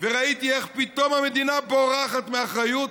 וראיתי איך פתאום המדינה בורחת מאחריות,